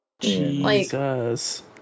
Jesus